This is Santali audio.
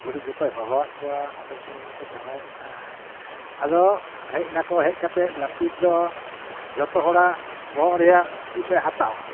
ᱜᱳᱰᱮᱛ ᱡᱚᱛᱚᱭ ᱦᱚᱦᱚᱣᱟᱫ ᱠᱚᱣᱟ ᱟᱛᱳ ᱥᱳᱞᱳᱟᱱᱟ ᱠᱚ ᱡᱟᱣᱨᱟᱭᱮᱱ ᱠᱷᱟᱱ ᱟᱫᱚ ᱦᱮᱡ ᱱᱟᱠᱚ ᱦᱮᱡ ᱠᱟᱛᱮᱫ ᱞᱟᱹᱯᱤᱛ ᱫᱚ ᱡᱚᱛᱚ ᱦᱚᱲᱟᱜ ᱵᱚᱦᱚᱜ ᱨᱮᱭᱟᱜ ᱩᱯ ᱮ ᱦᱟᱛᱟᱣᱟ